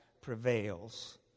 prevails